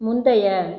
முந்தைய